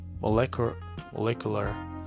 molecular